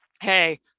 hey